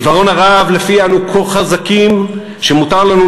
עיוורון הרהב שלפיו אנו כה חזקים שמותר לנו